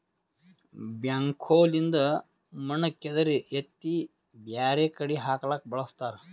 backhoe ಲಿಂದ್ ಮಣ್ಣ್ ಕೆದರಿ ಎತ್ತಿ ಬ್ಯಾರೆ ಕಡಿ ಹಾಕ್ಲಕ್ಕ್ ಬಳಸ್ತಾರ